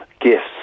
gifts